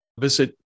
visit